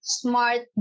smart